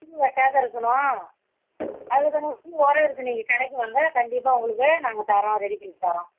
புழு வைக்காத இருக்கணும் அதுக்கு தகுந்தமாதிரி உரம் இருக்கு நீங்கள் கடைக்கு வாங்க கண்டிப்பாக உங்களுக்கு நாங்கள் தரோம் ரெடி பண்ணி தரோம்